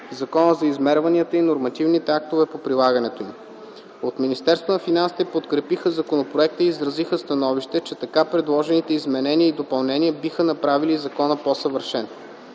Закона за измерванията и нормативните актове по прилагането им. От Министерството на финансите подкрепиха законопроекта и изразиха становище, че така предложените изменения и допълнения биха направили закона по-съвършен.